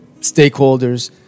stakeholders